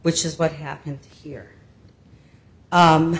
which is what happened here